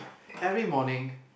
every morning